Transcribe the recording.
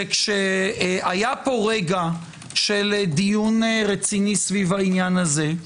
שכשהיה פה רגע של דיון רציני סביב העניין הזה,